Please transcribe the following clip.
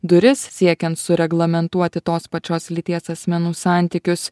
duris siekiant sureglamentuoti tos pačios lyties asmenų santykius